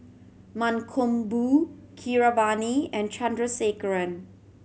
Mankombu Keeravani and Chandrasekaran